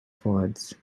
forwards